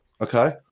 Okay